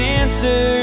answer